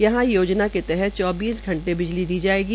यहां योजना के तहत चौबीस घंटे बिजली दी जायेगी